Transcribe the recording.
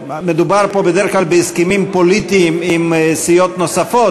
מדובר פה בדרך כלל בהסכמים פוליטיים עם סיעות נוספות,